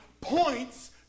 points